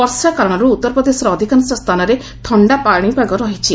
ବର୍ଷା କାରଣରୁ ଉତ୍ତରପ୍ରଦେଶର ଅଧିକାଂଶ ସ୍ଥାନରେ ଥଶ୍ଡାପାଗ ରହିଛି